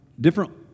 different